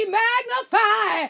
magnify